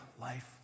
life